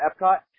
Epcot –